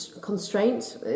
constraint